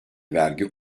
vergi